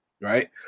right